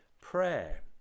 prayer